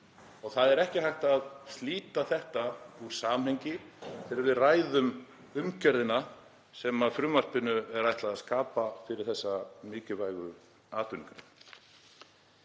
og það er ekki hægt að slíta þetta úr samhengi þegar við ræðum umgjörðina sem frumvarpinu er ætlað að skapa fyrir þessa mikilvægu atvinnugrein.